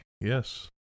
yes